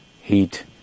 heat